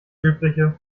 übliche